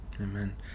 amen